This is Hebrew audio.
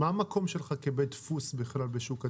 מה המקום שלך כבית דפוס בשוק הדואר?